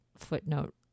footnote